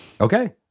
Okay